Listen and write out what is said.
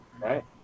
Right